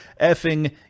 effing